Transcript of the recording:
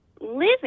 living